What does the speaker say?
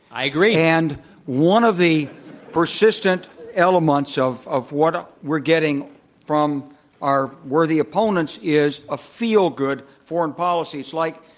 i agree. and one of the persistent elements of of what ah we're getting from our worthy opponents is a feel-good foreign policy. it's like,